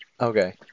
Okay